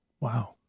Wow